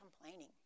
complaining